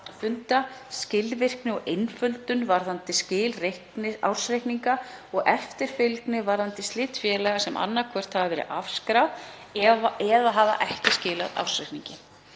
skilvirkni og einföldun varðandi skil ársreikninga og eftirfylgni varðandi slit félaga sem annaðhvort hafa verið afskráð eða hafa ekki skilað ársreikningi.